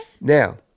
Now